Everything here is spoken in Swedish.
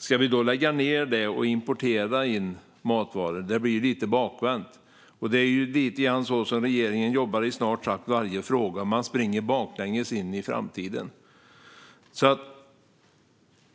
Ska vi då lägga ned det och importera matvaror? Det blir lite bakvänt. Det är lite grann så regeringen jobbar i snart sagt varje fråga: Man springer baklänges in i framtiden.